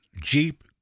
Jeep